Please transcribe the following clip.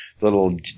little